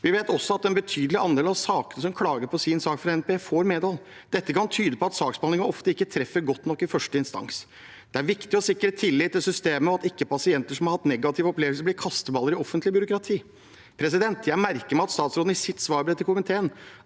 Vi vet også at en betydelig andel av dem som klager på sin sak fra NPE, får medhold. Dette kan tyde på at saksbehandlingen ofte ikke treffer godt nok i første instans. Det er viktig å sikre tillit til systemet og at ikke pasienter som har hatt negative opplevelser, blir kasteballer i offentlig byråkrati. Jeg merker meg at statsråden i sitt svarbrev til komiteen